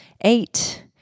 Eight